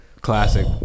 Classic